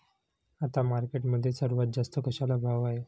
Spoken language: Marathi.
आता मार्केटमध्ये सर्वात जास्त कशाला भाव आहे?